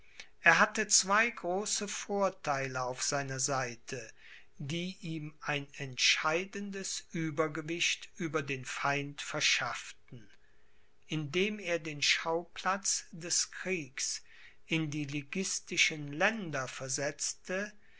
er hatte zwei große vortheile auf seiner seite die ihm ein entscheidendes uebergewicht über den feind verschafften indem er den schauplatz des kriegs in die liguistischen länder versetzte